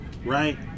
Right